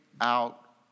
out